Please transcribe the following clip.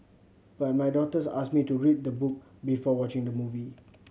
but my daughters asked me to read the book before watching the movie